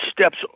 steps